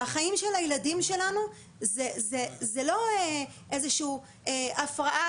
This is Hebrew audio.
החיים של הילדים שלנו זו לא איזושהי הפרעה